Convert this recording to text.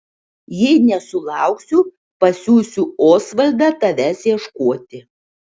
jei nesulauksiu pasiųsiu osvaldą tavęs ieškoti